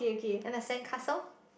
and a sand castle